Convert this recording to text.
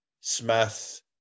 Smith